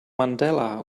mandela